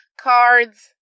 Cards